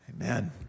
Amen